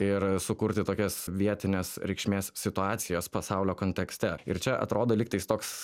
ir sukurti tokias vietinės reikšmės situacijas pasaulio kontekste ir čia atrodo lygtais toks